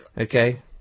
Okay